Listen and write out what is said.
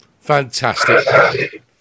Fantastic